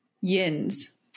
Yin's